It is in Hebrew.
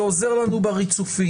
זה עוזר לנו בריצופים,